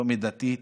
לא מידתית,